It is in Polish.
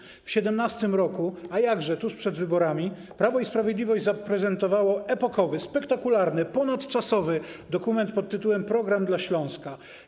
W 2017 r., a jakże, tuż przed wyborami, Prawo i Sprawiedliwość zaprezentowało epokowy, spektakularny, ponadczasowy dokument pod tytułem ˝Program dla Śląska˝